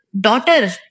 daughter